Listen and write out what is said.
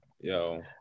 Yo